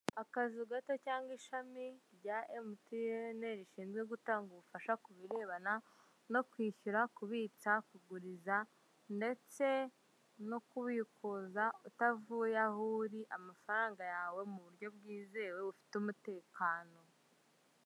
Akazu gato cyangwa ishami rya Emutiyeni rishinzwe gutanga ubufasha kubirebana no kwishyura, kubitsa, kuguriza ndetse no kubikuza utavuye aho uri; amafaranga yawe mu buryo bwizewe bufite umutekano.